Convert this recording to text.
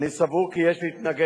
אני חשבתי שמדובר דווקא,